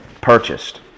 purchased